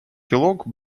кілок